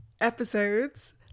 episodes